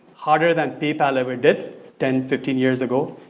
harder than paypal ever did ten, fifteen years ago,